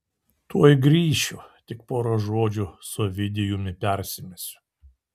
tuoj grįšiu tik pora žodžių su ovidijumi persimesiu